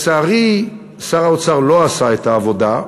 ולצערי, שר האוצר לא עשה את העבודה.